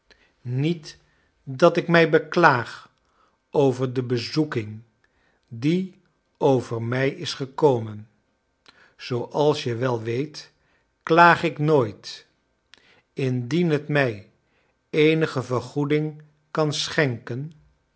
niet dat ik mij beklaag over de bezoeking die over mij is gekomen zooals je wel weet klaag ik nooit indien het mij eenige vergoeding kan schenken